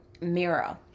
mirror